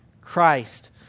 Christ